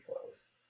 close